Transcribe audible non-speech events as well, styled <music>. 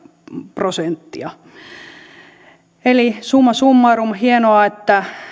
prosenttia <unintelligible> <unintelligible> <unintelligible> summa summarum hienoa että